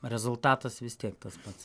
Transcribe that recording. rezultatas vis tiek tas pats